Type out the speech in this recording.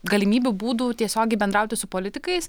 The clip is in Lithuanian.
galimybių būdų tiesiogiai bendrauti su politikais